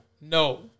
No